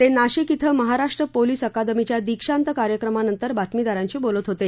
ते नाशिक िक्रं महाराष्ट्र पोलीस अकादमीच्या दीक्षांत कार्यक्रमानंतर बातमीदारांशी बोलत होते